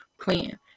plan